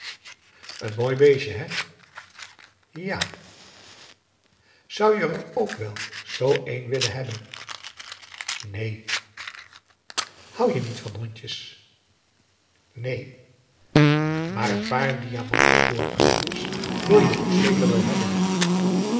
een mooi beestje hè ja zou je er ook wel zoo een willen hebben neen p a daum de van der lindens c s onder ps maurits houd je niet van hondjes neen maar n paar diamanten oorknopjes wil je toch zeker wel hebben